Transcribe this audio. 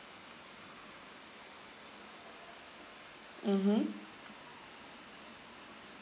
mmhmm